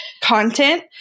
content